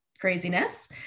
craziness